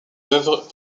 œuvres